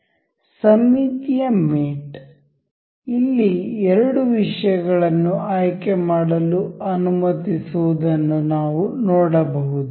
ಸಮ್ಮಿತೀಯ ಮೇಟ್ ಇಲ್ಲಿ ಎರಡು ವಿಷಯಗಳನ್ನು ಆಯ್ಕೆ ಮಾಡಲು ಅನುಮತಿಸುವುದನ್ನು ನಾವು ನೋಡಬಹುದು